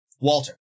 Walter